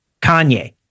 Kanye